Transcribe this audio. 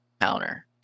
counter